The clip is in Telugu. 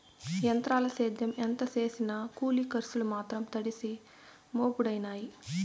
ఎంత్రాల సేద్యం ఎంత సేసినా కూలి కర్సులు మాత్రం తడిసి మోపుడయినాయి